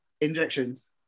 injections